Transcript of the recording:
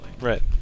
Right